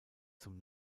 zum